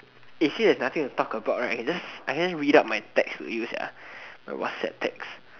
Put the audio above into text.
actually if there's nothing to talk about right I can just I can just read out my text to you my whatsapp text